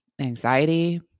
anxiety